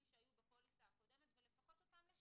שהיו בפוליסה הקודמת ולפחות אותם לשמר.